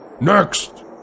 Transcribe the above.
Next